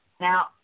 Now